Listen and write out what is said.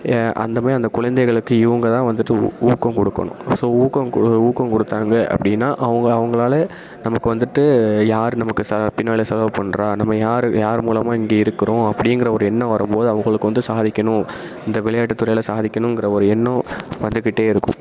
ஏ அந்தமாரி அந்தக் குழந்தைகளுக்கு இவங்க தான் வந்துவிட்டு ஊ ஊக்கம் கொடுக்கணும் ஸோ ஊக்கம் கொடு ஊக்கம் கொடுத்தாங்க அப்படின்னா அவங்க அவங்களால நமக்கு வந்துவிட்டு யார் நமக்கு சே பின்னால் செலவு பண்ணுறா நம்ம யார் யார் மூலமாக இங்கே இருக்கிறோம் அப்படிங்கிற ஒரு எண்ணம் வரும்போது அவங்களுக்கு வந்து சாதிக்கணும் இந்த விளையாட்டுத்துறையில் சாதிக்கணுங்கிற ஒரு எண்ணம் வந்துக்கிட்டே இருக்கும்